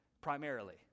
primarily